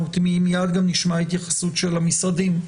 אנחנו מיד גם נשמע התייחסות של המשרדים.